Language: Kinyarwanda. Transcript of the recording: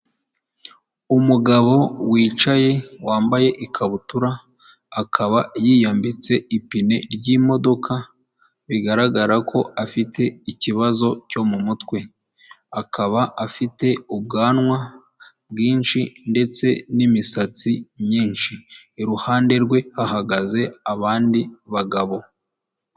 Umugabo wicaye, wambaye ikabutura, akaba yiyambitse ipine ry'imodoka, bigaragara ko afite ikibazo cyo mu mutwe, akaba afite ubwanwa bwinshi ndetse n'imisatsi myinshi, iruhande rwe hahagaze abandi bagabo.